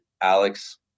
Alex